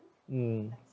mm